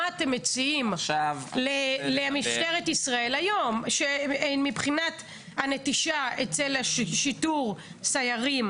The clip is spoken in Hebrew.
מה אתם מציעים למשטרת ישראל היום מבחינת הנטישה בשיטור סיירים,